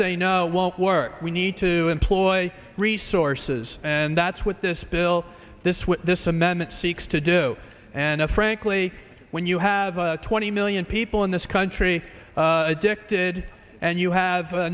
say no it won't work we need to employ resources and that's what this bill this what this amendment seeks to do and frankly when you have a twenty million people in this country addicted and you have